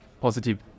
positive